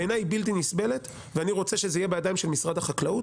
בעיניי היא בלתי נסבלת ואני רוצה שזה יהיה בידיים של משרד החקלאות.